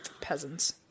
peasants